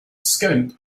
scope